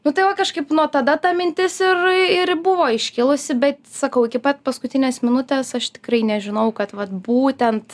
nu tai va kažkaip nuo tada ta mintis ir ir buvo iškilusi bet sakau iki pat paskutinės minutės aš tikrai nežinojau kad vat būtent